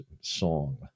song